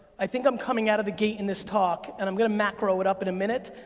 i think i'm coming out of the gate in this talk, and i'm gonna macro it up in a minute,